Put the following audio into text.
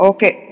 Okay